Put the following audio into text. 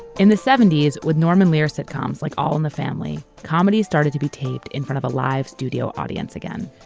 in the seventy s with norman lear sitcoms, like all in the family, comedy started to be taped in front of a live studio audience again.